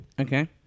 Okay